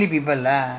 no lah